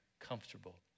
comfortable